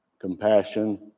compassion